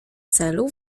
celu